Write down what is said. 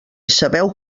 sabeu